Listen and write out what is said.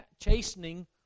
chastening